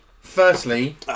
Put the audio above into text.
firstly